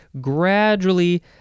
gradually